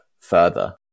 further